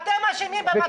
120 יום --- אתם אשמים בזה,